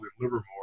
Livermore